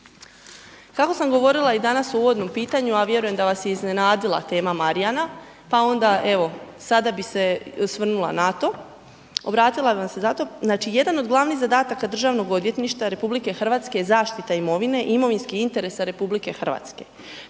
Kako sam govorila i danas u uvodnom pitanju, a vjerujem da vas je iznenadila tema Marjana pa onda evo sada bi se osvrnula na to, obratila bih vam se za to. Znači jedan od glavnih zadataka DORH je zaštita imovine, imovinskih interesa RH te